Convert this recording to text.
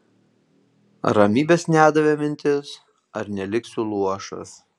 ramybės nedavė mintis ar neliksiu luošas